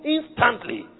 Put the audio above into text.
Instantly